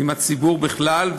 עם הציבור בכלל,